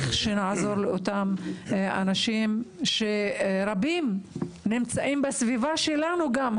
ולעזור לאותם אנשים שרבים מהם נמצאים בסביבתנו גם.